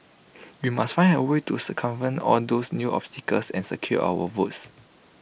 we must find A way to circumvent all those new obstacles and secure our votes